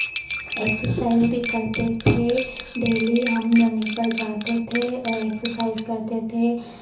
exercise भी करते थे डेली हम रनिंग पर जाते थे और एक्सर्साइज़ करते थे